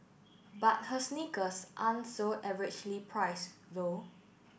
but her sneakers aren't so averagely priced though